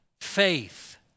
faith